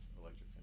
Electric